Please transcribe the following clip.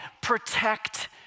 protect